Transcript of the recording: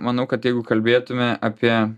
manau kad jeigu kalbėtume apie